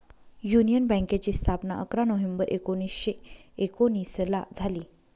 union बँकेची स्थापना अकरा नोव्हेंबर एकोणीसशे एकोनिसला झाली